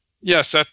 Yes